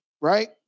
right